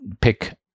pick